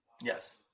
Yes